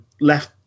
left